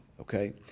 Okay